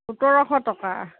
সোতৰশ টকা